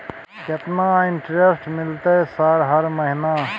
केतना इंटेरेस्ट मिलते सर हर महीना?